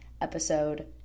episode